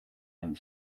and